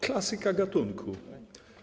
Klasyka gatunku.